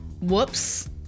Whoops